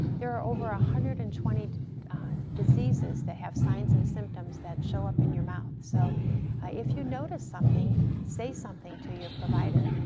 there are over one ah hundred and twenty diseases that have signs and symptoms that show up in your mouth, so if you notice something, say something to your provider,